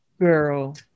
girl